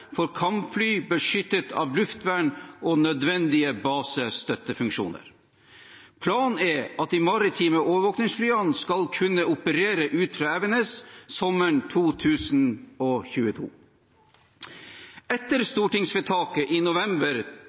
for kampfly beskyttet av luftvern og nødvendige basestøttefunksjoner. Planen er at de maritime overvåkningsflyene skal kunne operere ut fra Evenes sommeren 2022. Etter stortingsvedtaket i november